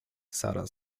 sara